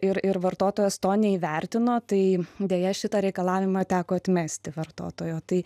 ir ir vartotojas to neįvertino tai deja šitą reikalavimą teko atmesti vartotojo tai